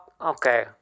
Okay